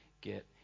get